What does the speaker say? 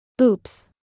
Oops